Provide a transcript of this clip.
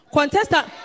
Contestant